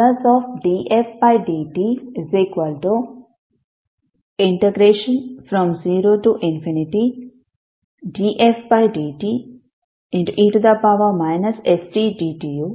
ನಾವು Ldfdt0dfdte stdt you